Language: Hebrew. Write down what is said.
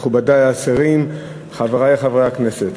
תודה רבה לך, מכובדי השרים, חברי חברי הכנסת,